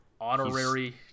honorary